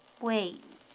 Wait